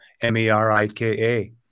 M-E-R-I-K-A